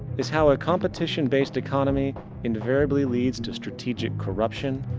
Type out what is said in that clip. is how a competition based economy invariably leads to strategic corruption,